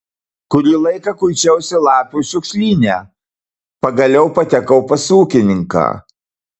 kurį laiką kuičiausi lapių šiukšlyne pagaliau patekau pas ūkininką